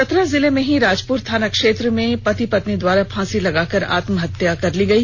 चतरा जिले के राजपुर थाना क्षेत्र में पति पत्नी द्वारा फांसी लगाकर आत्महत्या कर ली गई